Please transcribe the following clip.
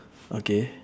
okay